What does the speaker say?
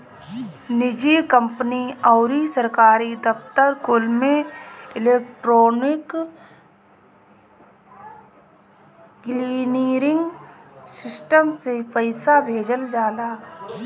निजी कंपनी अउरी सरकारी दफ्तर कुल में इलेक्ट्रोनिक क्लीयरिंग सिस्टम से पईसा भेजल जाला